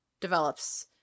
develops